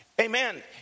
Amen